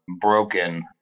broken